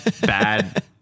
bad